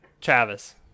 Travis